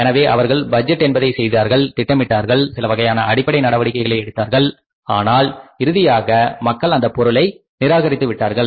எனவே அவர்கள் பட்ஜெட் என்பதை செய்தார்கள் திட்டமிட்டார்கள் சில வகையான அடிப்படை நடவடிக்கைகளை எடுத்தார்கள் ஆனால் இறுதியாக மக்கள் அந்தப் பொருளை நிராகரித்து விட்டார்கள்